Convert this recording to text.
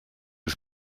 was